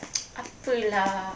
apa lah